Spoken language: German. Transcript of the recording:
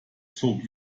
zog